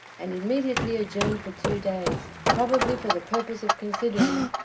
and immediately adjourned for two days, probably for the purpose of considering,